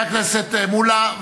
חבר הכנסת שלמה מולה,